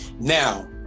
Now